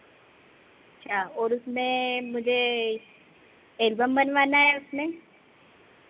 अच्छा ओर उसमें मुझे एल्बम बनवाना है उसमें